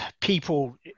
People